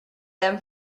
them